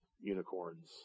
unicorns